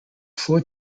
four